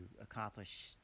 accomplish